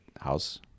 house